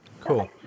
Cool